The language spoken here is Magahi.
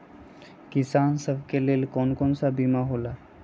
किसान सब के लेल कौन कौन सा बीमा होला?